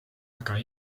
aga